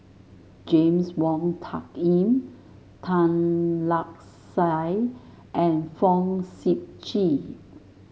James Wong Tuck Yim Tan Lark Sye and Fong Sip Chee